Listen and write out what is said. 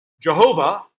Jehovah